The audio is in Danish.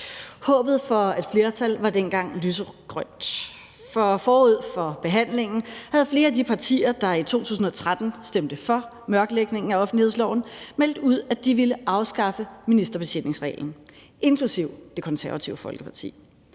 om at få et flertal var dengang lysegrønt, for forud for behandlingen havde flere af de partier, der i 2013 stemte for mørklægningen af offentlighedsloven, meldt ud, at de ville afskaffe ministerbetjeningsreglen – inklusive Det Konservative Folkeparti